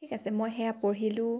ঠিক আছে মই সেয়া পঢ়িলোঁ